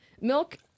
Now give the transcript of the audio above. Milk